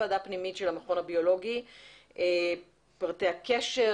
את פרטי הקשר,